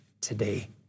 today